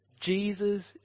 Jesus